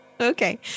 okay